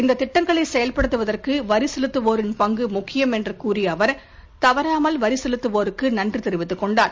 இந்த திட்டங்களை செயல்படுத்துவதற்கு வரி செலுத்துவோரின் பங்கு முக்கியம் என்று கூறிய அவர் தவறாமல் வரி செலுத்துவோருக்கு நன்றி தெரிவித்துக் கொண்டார்